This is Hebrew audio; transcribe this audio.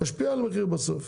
משפיע על המחיר בסוף.